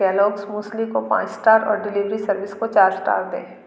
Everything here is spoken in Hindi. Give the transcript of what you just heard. केलॉग्स मूसली को पाँच स्टार और डिलीवरी सर्विस को चार स्टार दें